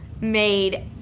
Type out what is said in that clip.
made